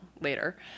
later